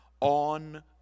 on